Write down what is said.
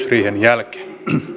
jälkeen